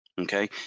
Okay